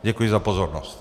Děkuji za pozornost.